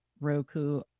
Roku